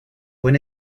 buen